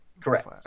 Correct